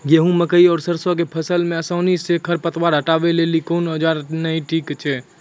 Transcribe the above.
गेहूँ, मकई आर सरसो के फसल मे आसानी सॅ खर पतवार हटावै लेल कून औजार नीक है छै?